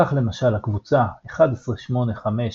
כך למשל, הקבוצה 1, 3, 4,